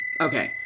okay